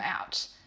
out